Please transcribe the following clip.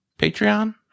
Patreon